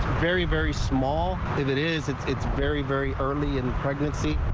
very very small it it is it's it's very very early. in pregnancy.